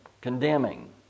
condemning